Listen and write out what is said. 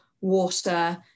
water